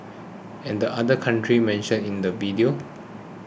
and other country mentioned in the video